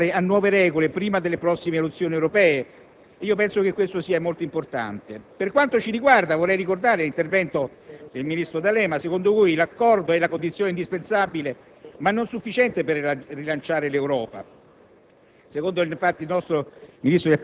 Tali consultazioni dovranno portare a nuove regole prima delle prossime elezioni europee. Penso che questo sia molto importante. Per quanto ci riguarda, vorrei ricordare l'intervento del ministro D'Alema, secondo cui un accordo è condizione indispensabile, ma non sufficiente, per rilanciare l'Europa.